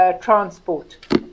transport